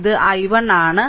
ഇത് I1 ആണ്